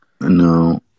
No